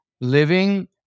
living